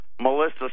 Melissa